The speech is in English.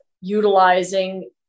utilizing